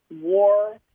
war